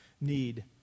need